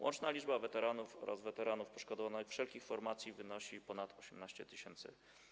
Łączna liczba weteranów oraz weteranów poszkodowanych wszelkich formacji wynosi ponad 18 tys.